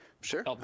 Sure